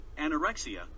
anorexia